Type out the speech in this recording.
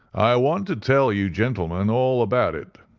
i want to tell you gentlemen all about it.